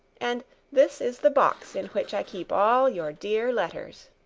and this is the box in which i keep all your dear letters.